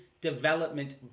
development